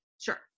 Sure